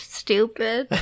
stupid